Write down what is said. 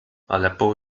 aleppo